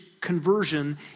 conversion